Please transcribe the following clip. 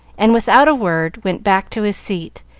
and, without a word, went back to his seat,